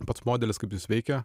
pats modelis kaip jis veikia